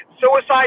suicide